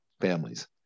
families